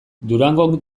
durangon